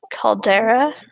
Caldera